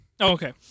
Okay